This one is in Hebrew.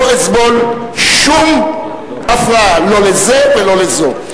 לא אסבול שום הפרעה, לא לזה ולא לזו.